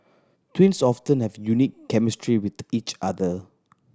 twins often have a unique chemistry with each other